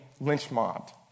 lynch-mobbed